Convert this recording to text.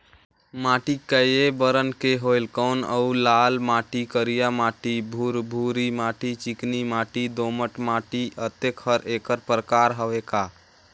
माटी कये बरन के होयल कौन अउ लाल माटी, करिया माटी, भुरभुरी माटी, चिकनी माटी, दोमट माटी, अतेक हर एकर प्रकार हवे का?